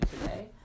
today